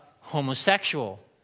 homosexual